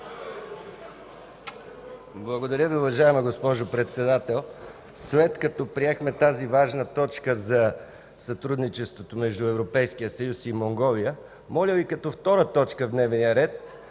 Благодаря Ви, уважаема госпожо Председател. След като приехме тази важна точка за сътрудничеството между Европейския съюз и Монголия, моля Ви като втора точка в дневния ред